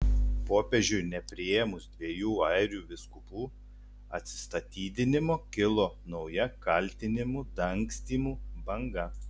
popiežiui nepriėmus dviejų airių vyskupų atsistatydinimo kilo nauja kaltinimų dangstymu banga